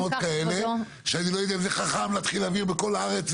כבודו --- שאני לא יודע אם זה חכם להתחיל להעביר בכל הארץ.